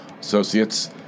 associates